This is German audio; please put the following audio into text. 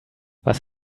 was